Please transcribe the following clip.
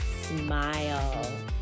smile